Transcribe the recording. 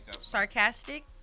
sarcastic